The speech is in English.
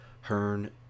Hearn